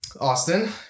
Austin